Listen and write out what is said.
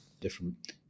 different